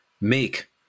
make